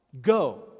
go